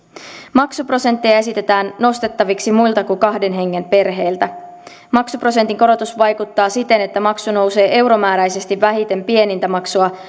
maksuprosentteja esitetään nostettaviksi muilta kuin kahden hengen perheiltä maksuprosentin korotus vaikuttaa siten että maksu nousee euromääräisesti vähiten pienintä maksua